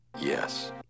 Yes